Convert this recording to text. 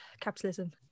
capitalism